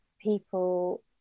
people